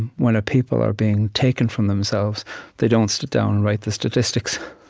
when a people are being taken from themselves they don't sit down and write the statistics.